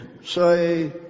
Say